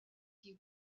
few